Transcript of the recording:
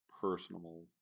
personal